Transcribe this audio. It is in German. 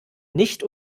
nicht